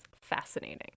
fascinating